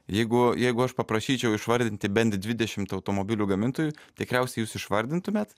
jeigu jeigu aš paprašyčiau išvardinti bent dvidešimt automobilių gamintojų tikriausiai jūs išvardintumėt